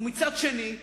מצד שני,